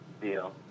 Deal